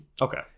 okay